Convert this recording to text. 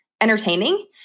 entertaining